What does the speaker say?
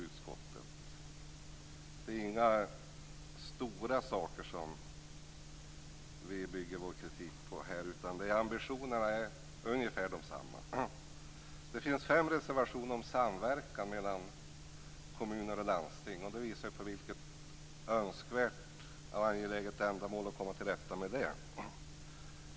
Det är inga stora saker som vi bygger vår kritik på, utan ambitionerna är ungefär desamma. Det finns fem reservationer om samverkan mellan kommuner och landsting, och det visar ju på hur önskvärt och angeläget det är att komma till rätta med den.